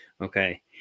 okay